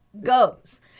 goes